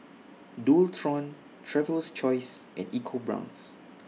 Dualtron Traveler's Choice and EcoBrown's